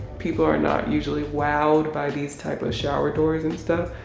people are not usually wowed by these types of shower doors and stuff,